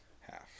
Half